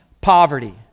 poverty